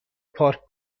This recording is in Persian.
پارک